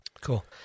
cool